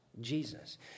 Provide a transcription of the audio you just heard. Jesus